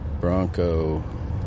Bronco